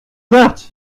that